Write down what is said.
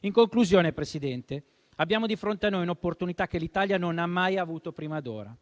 In conclusione, abbiamo di fronte a noi un'opportunità che l'Italia non ha mai avuto prima d'ora.